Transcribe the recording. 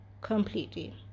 completely